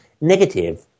negative